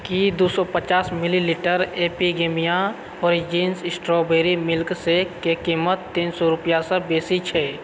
की दो सए पचास millilitre Epigamia Origins strawberry milkshake के कीमत तीन सए रुपैआसँ बेसी छै